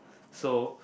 so